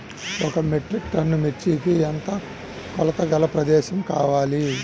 ఒక metric tonne మిర్చికి ఎంత కొలతగల ప్రదేశము కావాలీ?